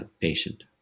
patient